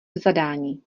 zadání